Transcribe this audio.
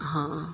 हां